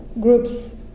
groups